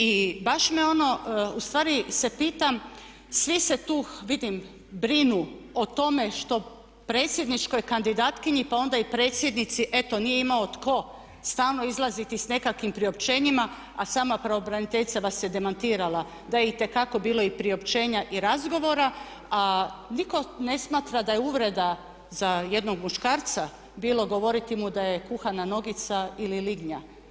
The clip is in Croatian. I baš me ono, ustvari se pitam, svi se tu, vidim brinu o tome što predsjedničkoj kandidatkinji, pa onda i predsjednici eto nije imao tko, stalno izlaziti sa nekakvim priopćenjima a sama pravobraniteljica vas je demantirala da je itekako bilo i priopćenja i razgovora a nitko ne smatra da je uvreda za jednog muškarca bilo govoriti mu da je kuhana nogica ili lignja.